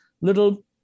little